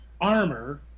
armor